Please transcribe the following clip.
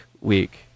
Week